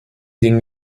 den